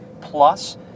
plus